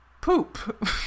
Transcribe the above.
poop